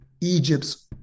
Egypt's